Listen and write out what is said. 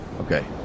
Okay